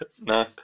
No